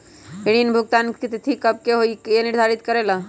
ऋण भुगतान की तिथि कव के होई इ के निर्धारित करेला?